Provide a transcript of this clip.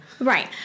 Right